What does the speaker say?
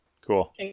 Cool